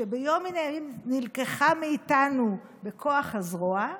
שביום מן הימים נלקחה מאיתנו בכוח הזרוע,